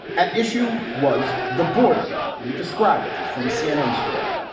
at issue was the border. let me describe it is from a cnn story.